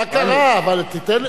מבין,